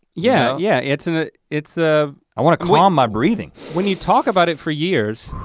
yeah yeah, it's a it's a i wanna calm my breathing. when you talk about it for years,